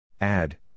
Add